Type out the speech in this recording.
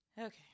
Okay